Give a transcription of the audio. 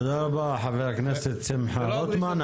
תודה רבה חבר הכנסת שמחה רוטמן.